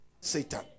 Satan